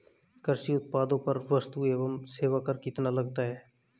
कृषि उत्पादों पर वस्तु एवं सेवा कर कितना लगता है?